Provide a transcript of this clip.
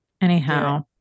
Anyhow